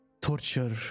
torture